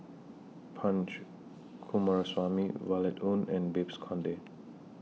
Punch Coomaraswamy Violet Oon and Babes Conde